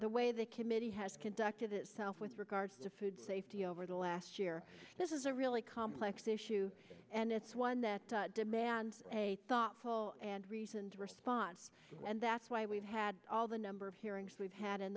the way the committee has conducted itself with regard to food safety over the last year this is a really complex issue and it's one that demands a thoughtful and reasoned response and that's why we've had all the number of hearings we've had in